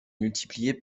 multiplié